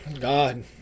God